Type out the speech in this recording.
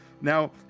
Now